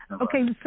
okay